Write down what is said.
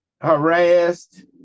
harassed